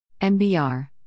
MBR